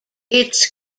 its